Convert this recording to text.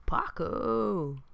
Paco